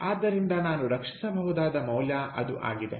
ಆದ್ದರಿಂದ ನಾನು ರಕ್ಷಿಸಬಹುದಾದ ಮೌಲ್ಯ ಅದು ಆಗಿದೆ